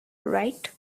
right